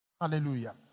Hallelujah